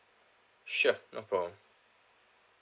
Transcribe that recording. sure no problem